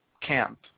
camp